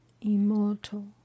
Immortal